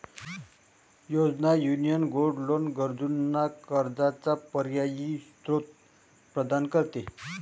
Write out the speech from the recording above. योजना, union gold loan गरजूंना कर्जाचा पर्यायी स्त्रोत प्रदान करते